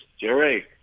Jerry